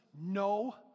no